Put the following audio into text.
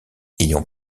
ayant